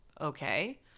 Okay